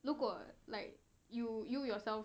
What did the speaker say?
如果 like you you yourself